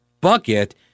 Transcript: bucket